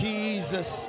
Jesus